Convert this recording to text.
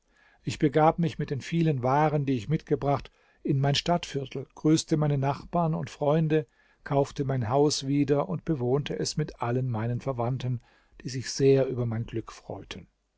ich begab mich mit den vielen waren die ich mitgebracht in mein stadtviertel grüßte meine nachbarn und freunde kaufte mein haus wieder und bewohnte es mit allen meinen verwandten die sich sehr über mein glück freuten